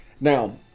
Now